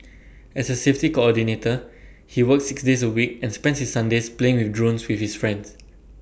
as A safety coordinator he works six days A week and spends Sundays playing with drones with his friends